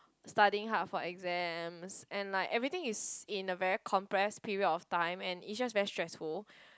studying hard for exams and like everything is in a very compressed period of time and it's just very stressful